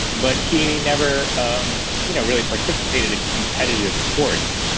but he never um you know really participated in competitive sports.